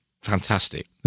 Fantastic